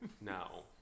No